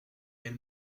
elle